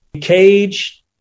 Cage